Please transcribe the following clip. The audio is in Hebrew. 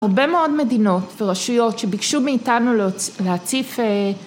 ‫הרבה מאוד מדינות ורשויות ‫שביקשו מאיתנו להציף...